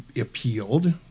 appealed